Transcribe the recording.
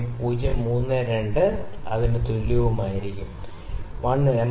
അതിനാൽ 1 മില്ലീമീറ്ററിന് 1 മില്ലീമീറ്റർ ചലനത്തിന് ആംഗിൾ 0